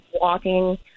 walking